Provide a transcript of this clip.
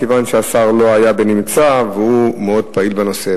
מכיוון שהשר לא היה בנמצא והוא מאוד פעיל בנושא.